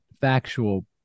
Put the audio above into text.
factual